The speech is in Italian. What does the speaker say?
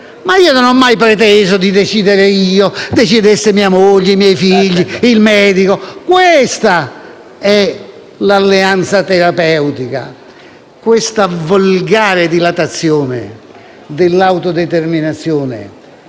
non ho mai preteso di decidere io: decidessero mia moglie, i miei figli, il medico. Questa è l'alleanza terapeutica. Questa volgare dilatazione dell'autodeterminazione